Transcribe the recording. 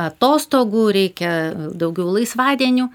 atostogų reikia daugiau laisvadienių